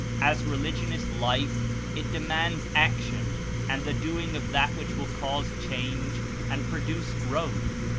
as religion is life it demands action and the doing of that which will cause change and produce growth.